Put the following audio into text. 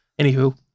anywho